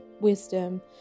wisdom